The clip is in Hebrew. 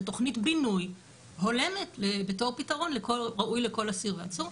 תכנית בינוי הולמת בתור פתרון ראוי לכל אסיר ועצור.